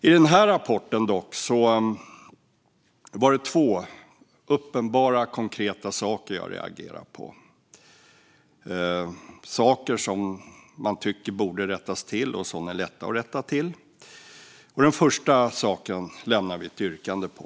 I den här rapporten var det två uppenbara, konkreta saker jag reagerade på, saker som man tycker borde rättas till och som är lätta att rätta till. Den första saken gör vi ett yrkande på.